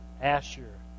Asher